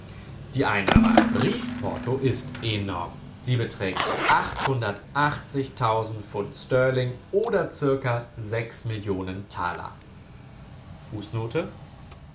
die einnahme an briefporto ist enorm sie beträgt pf st oder zirka millionen taler